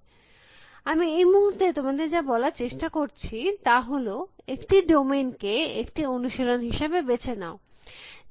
সুতরাং আমি এই মুহুর্তে তোমাদের যা বলার চেষ্টা করছি তা হল একটি ডোমেইন কে একটি অনুশীলন হিসাবে বেছে নাও